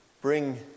bring